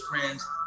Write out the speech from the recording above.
friends